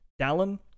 Dallin